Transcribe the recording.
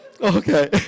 Okay